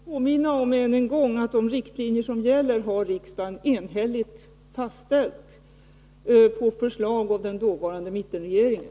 Herr talman! Får jag än en gång påminna om att de riktlinjer som gäller har riksdagen enhälligt fastställt på förslag av den dåvarande mittenregeringen.